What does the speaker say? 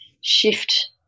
shift